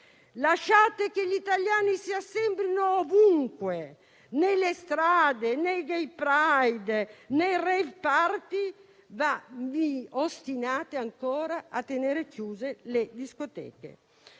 Lasciate che gli italiani si assembrino ovunque, nelle strade, nei *gay pride,* nei *rave party*, ma vi ostinate ancora a tenere chiuse le discoteche.